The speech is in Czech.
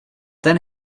ten